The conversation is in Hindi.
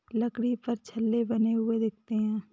लकड़ी पर छल्ले बने हुए दिखते हैं